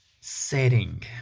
setting